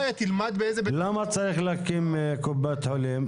למה צריך להקים קופת חולים?